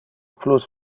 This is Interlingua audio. plus